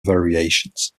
variations